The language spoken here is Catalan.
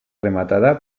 rematada